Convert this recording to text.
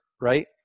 right